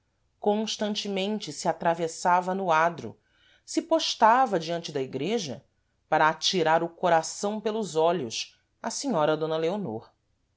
constantemente se atravessava no adro se postava diante da igreja para atirar o coração pelos olhos à senhora d leonor